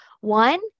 One